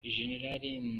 gen